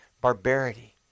barbarity